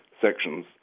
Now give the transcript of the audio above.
Sections